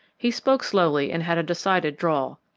he spoke slowly and had a decided drawl.